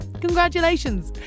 Congratulations